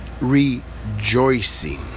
rejoicing